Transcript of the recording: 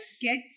get